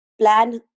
plan